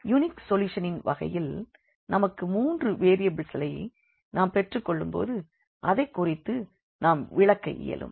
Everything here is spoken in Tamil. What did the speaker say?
யூனிக் சொல்யூஷனின் வகையில் நமக்கு மூன்று வேரியபிள்சை நாம் பெற்றுக் கொள்ளும் போது அதைக் குறித்து நாம் விளக்க இயலும்